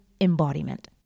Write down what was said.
embodiment